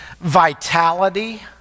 Vitality